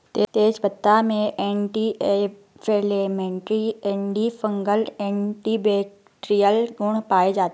तेजपत्ता में anti inflammatory, antifungal, antibacterial गुण पाये जाते है